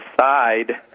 side